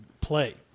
play